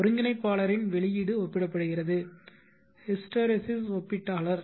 ஒருங்கிணைப்பாளரின் வெளியீடு ஒப்பிடப்படுகிறது ஹிஸ்டெரெசிஸ் ஒப்பீட்டாளர்